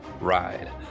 ride